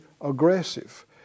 aggressive